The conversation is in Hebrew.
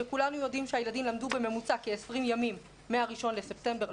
כשכולנו יודעים שהילדים למדו בממוצע כ-20 ימים מהאחד בספטמבר,